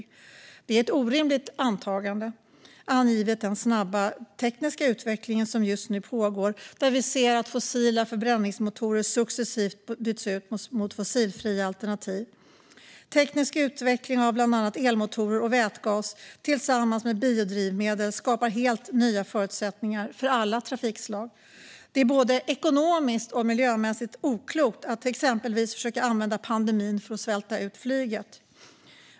Detta är ett orimligt antagande givet den snabba tekniska utveckling som just nu pågår, där vi ser att fossila förbränningsmotorer successivt byts ut mot fossilfria alternativ. Teknisk utveckling av bland annat elmotorer och vätgas tillsammans med biodrivmedel skapar helt nya förutsättningar för alla trafikslag. Det är både ekonomiskt och miljömässigt oklokt att exempelvis försöka använda pandemin för att svälta ut flyget.